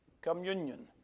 communion